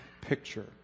picture